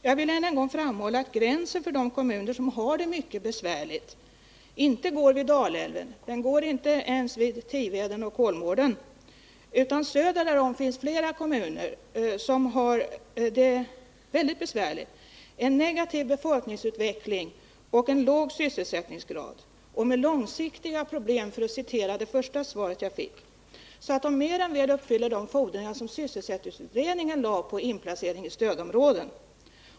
Jag vill än en gång framhålla att gränsen för de kommuner som har det mycket besvärligt inte går vid Dalälven — inte ens vid Tiveden och Kolmården — utan söder därom finns flera kommuner som har det väldigt besvärligt: en negativ befolkningsutveckling, en låg sysselsättningsgrad och ”långsiktiga” problem, för att citera det första svar som jag fick. Dessa kommuner uppfyller mer än väl de fordringar som sysselsättningsutredningen ställde på en inplacering i stödområde.